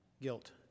guilt